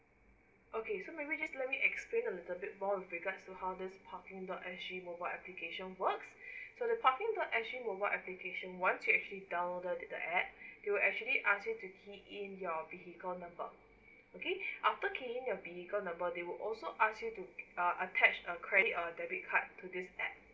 okay so maybe just let me explain a little bit more with regards to how this parking dot S_G mobile application work so the parking dot S_G mobile application once you actually downloaded the app they will actually ask you to key in your vehicle number okay after key in your vehicle number they will also ask you to uh attach a credit or debit card to this app